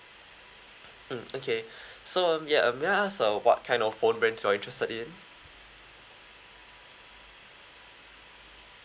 mm okay so um ya uh may I ask uh what kind of phone brands you're interested in